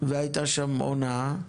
והייתה שם הונאה,